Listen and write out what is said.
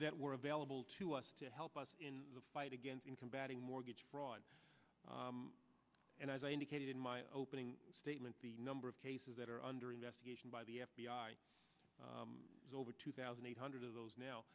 that were available to us to help us in the fight against in combating mortgage fraud and as i indicated in my opening statement the number of cases that are under investigation by the f b i is over two thousand eight hundred of those now